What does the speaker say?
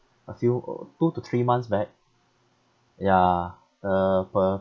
a few uh two to three months back yeah uh per